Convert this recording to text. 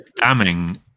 damning